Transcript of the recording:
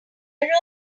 rather